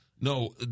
No